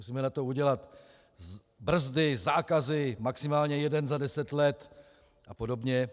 Musíme na to udělat brzdy, zákazy, maximálně jeden za deset let a podobně.